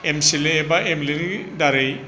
M C L A बा M L A नि दारै